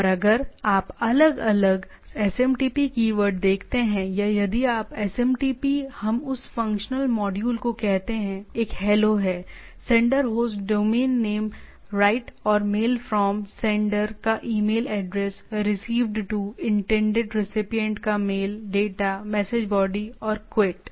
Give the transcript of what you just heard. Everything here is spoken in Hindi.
और अगर आप अलग अलग SMTP कीवर्ड देखते हैं या यदि SMTP हम उस फंक्शनल मॉड्यूल को कहते हैं एक हेलो है sender host domain name right or mail from sender का email address received to intended recipient का ईमेल डेटा मैसेज बॉडी और क्विट